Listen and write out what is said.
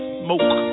smoke